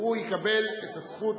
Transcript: והוא יקבל את הזכות,